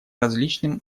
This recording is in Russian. различным